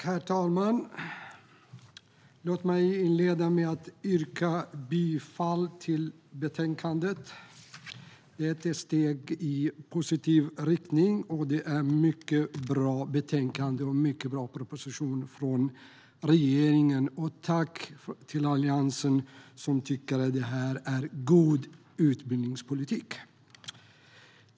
Herr talman! Låt mig inleda med att yrka bifall till förslaget i betänkandet! Det är ett steg i positiv riktning. Det är ett mycket bra betänkande och en mycket bra proposition från regeringen. Tack, Alliansen, som tycker att det här är god utbildningspolitik!